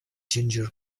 ginger